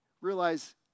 realize